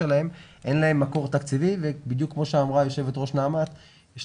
אין להם מקור תקציבי ובדיוק כמו שאמר היו"ר נעמ"ת יש